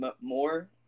more